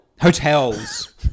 Hotels